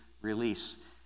release